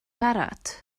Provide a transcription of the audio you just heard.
barod